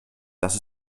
dass